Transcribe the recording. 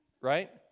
right